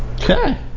Okay